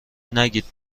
نگید